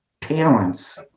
talents